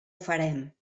farem